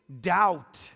doubt